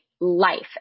Life